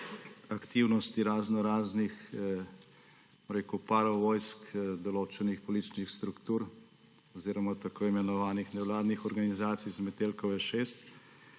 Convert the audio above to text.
aktivnosti raznoraznih, bom rekel, paravojsk določenih političnih struktur oziroma tako imenovanih nevladnih organizacij z Metelkove 6,